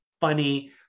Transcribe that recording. funny